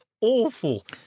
awful